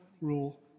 rule